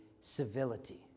civility